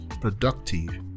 productive